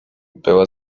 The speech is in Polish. była